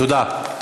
תודה רבה.